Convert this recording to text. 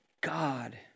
God